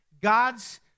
God's